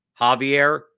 Javier